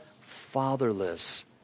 fatherless